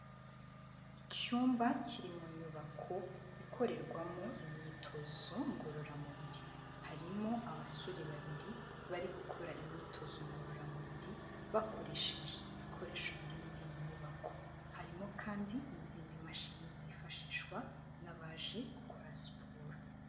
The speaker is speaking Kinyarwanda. Icyumba kiri mu nyubako ikorerwamo imyitozo ngororamubiri harimo abasore babiri bari gukora imyitozo ngororamubiri bakoresheje ibikoresho biri muri iyi nyubako harimo kandi n'izindi mashini zifashishwa na baje gukora siporo.